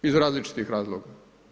Iz različitih razloga.